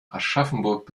aschaffenburg